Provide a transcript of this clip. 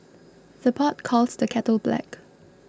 the pot calls the kettle black